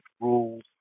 rules